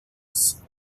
pose